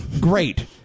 Great